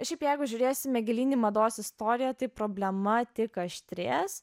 šiaip jeigu žiūrėsime gilyn į mados istoriją tai problema tik aštrės